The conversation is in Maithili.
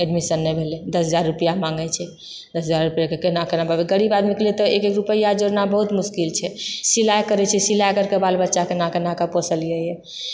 एडमिशन नहि भेलै दश हजार रुपआ माँगैत छै दश हजार रुपआ कऽ केना देबै गरीब आदमीके लिए तऽ एक एक रुपआ जोड़ना बहुत मुश्किल छै सिलाइ करैत छियै सिलाइ करिके बाल बच्चा केना केना कऽ पोसलियै यऽ